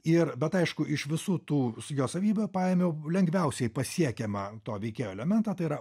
ir bet aišku iš visų tų su jo savybių paėmiau lengviausiai pasiekiamą to veikėjo elementą tai yra